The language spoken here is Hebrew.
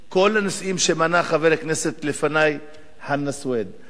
כל הנושאים שמנה חבר הכנסת חנא סוייד לפני,